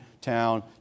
town